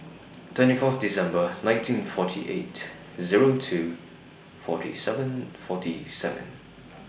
twenty Fourth December nineteen forty eight Zero two forty seven forty seven